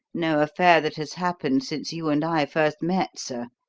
no affair that has happened since you and i first met, sir.